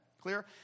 Clear